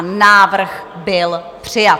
Návrh byl přijat.